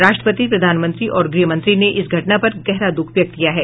राष्ट्रपति प्रधानमंत्री और गृहमंत्री ने इस घटना पर गहरा द्वख व्यक्त किया है